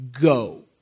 Go